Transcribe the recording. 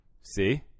see